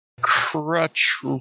Crutch